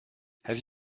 have